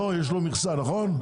לא, יש לו מכסה, נכון?